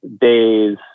days